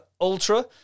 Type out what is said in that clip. Ultra